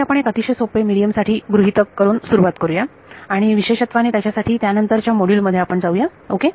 तरी आपण एक अतिशय सोपे मीडियम साठी गृहीतक करून सुरुवात करुया आणि विशेषत्वाने त्याच्यासाठी त्यानंतरच्या मॉड्यूल मध्ये आपण जाऊया ओके